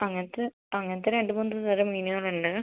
അങ്ങനത്തെ അങ്ങനത്തെ രണ്ട് മൂന്ന് തരം മീനുകൾ ഉണ്ട്